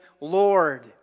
Lord